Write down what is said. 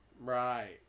Right